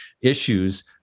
issues